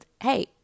Hey